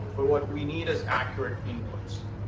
but what we need is accurate inputs.